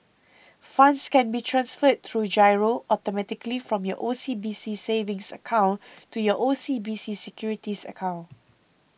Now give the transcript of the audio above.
funds can be transferred through giro automatically from your O C B C savings account to your O C B C securities account